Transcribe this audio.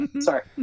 Sorry